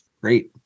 Great